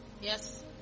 yes